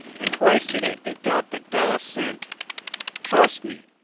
and twice to-day pick'd out the dullest scent trust me,